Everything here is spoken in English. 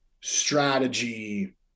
strategy